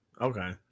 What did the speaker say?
Okay